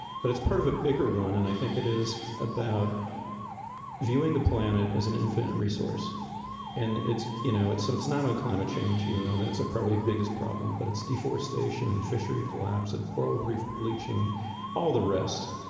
but it's part of a bigger one, and i think it is about viewing the planet as an infinite resource and it's you know, it's so it's not on climate change even though that's a probably biggest problem but it's deforestation and fishery collapse and coral reef bleaching all the rest.